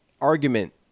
argument